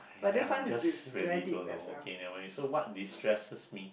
ya I'm just really don't know okay never mind so what destresses me